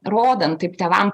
rodant taip tėvam